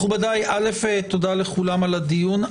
מכובדיי, תודה לכולם על הדיון.